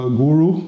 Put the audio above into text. guru